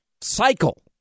cycle